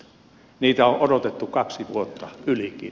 niitä on odotettu kaksi vuotta ylikin